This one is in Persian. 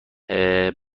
باید